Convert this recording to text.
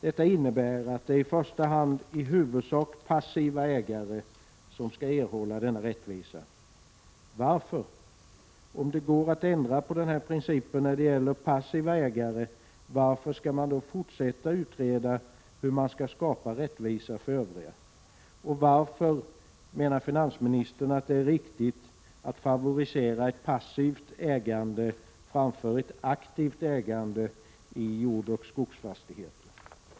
Detta innebär i huvudsak att de passiva ägarna i första hand skall erhålla denna rättvisa. Varför skall man fortsätta att utreda hur man skall skapa rättvisa för de övriga, om det går att ändra på den principen när det gäller passiva ägare? Varför menar finansministern att det är riktigt att favorisera ett passivt ägande framför ett aktivt ägande i jord och skogsfastigheter?